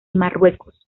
marruecos